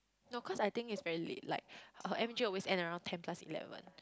no cause I think is very late like her M_J always end around ten plus eleven